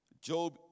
Job